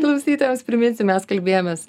klausytojams priminsiu mes kalbėjomės